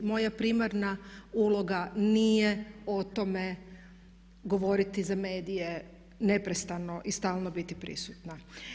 Moja primarna uloga nije o tome govoriti za medije neprestano i stalno biti prisutna.